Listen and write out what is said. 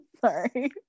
Sorry